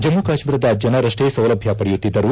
ಜಮ್ಮ ಕಾಶ್ಮೀರದ ಜನರಷ್ಟೇ ಸೌಲಭ್ಯ ಪಡೆಯುತ್ತಿದ್ದರು